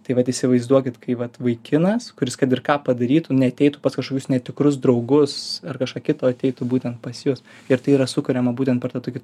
tai vat įsivaizduokit kai vat vaikinas kuris kad ir ką padarytų neateitų pas kažkokius netikrus draugus ar kažką kito ateitų būtent pas jus ir tai yra sukuriama būtent per tą tokį